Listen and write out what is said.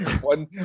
One